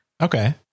Okay